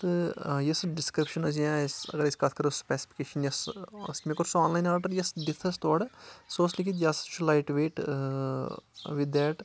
تہٕ یُس ڈِسکرپشَن ٲس یا اگر أسۍ کَتھ کَرو سِپَیسفِکَیشَن یۄس ٲس مےٚ کوٚر سُہ آنلاین آرڈَر یۄس دِتھَ ٲس تورٕ سُہ اوس لٔکِتھ یہِ ہسا چھُ لایِٹ ویٹ وِد دیٹ